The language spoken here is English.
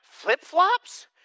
flip-flops